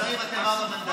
התקשורת חיבקה אתכם כל השנים,